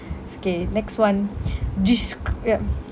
so K next [one] desc~ ya